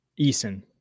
eason